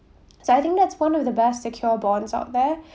so I think that's one of the best secure bonds out there